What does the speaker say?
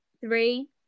Three